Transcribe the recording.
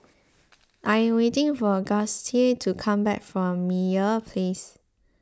I am waiting for Gustie to come back from Meyer Place